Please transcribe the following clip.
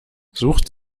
sucht